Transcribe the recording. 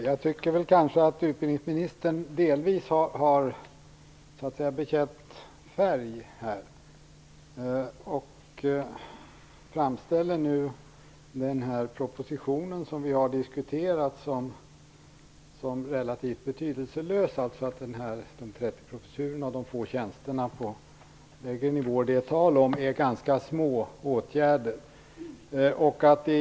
Fru talman! Jag tycker att utbildningsministern delvis har bekänt färg. Han framställer nu den proposition som vi diskuterar som relativt betydelselös; han skildrar de 30 professurerna och de få tjänster som det är tal om på lägre nivåer som ganska små åtgärder.